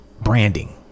branding